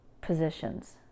positions